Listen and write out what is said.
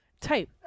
Type